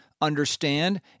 understand